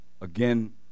Again